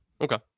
Okay